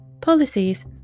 policies